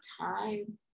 time